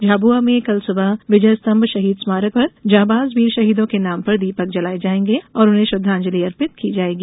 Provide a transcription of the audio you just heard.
झाबुआ में कल सुबह विजय स्तम्भ शहीद स्मारक पर जांबाज वीर शहीदों के नाम पर दीपक जलाये जाएंगे और उन्हें श्रद्वांजलि अर्पित की जायेगी